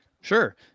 Sure